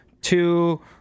two